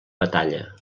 batalla